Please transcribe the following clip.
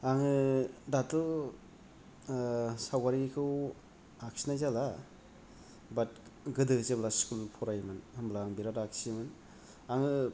आङो दाथ' सावगारिखौ आखिनाय जाला बात गोदो जेब्ला स्कुल फरायोमोन होनब्ला आं बिराद आखियोमोन आङो